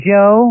Joe